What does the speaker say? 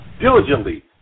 Diligently